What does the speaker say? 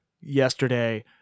yesterday